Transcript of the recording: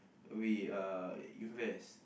we uh invest